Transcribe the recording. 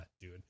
dude